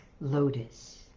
Lotus